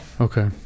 Okay